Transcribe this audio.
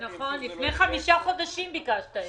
לפני חמישה חודשים ביקשנו את זה.